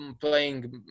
playing